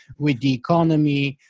with the economy,